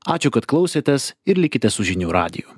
ačiū kad klausėtės ir likite su žinių radiju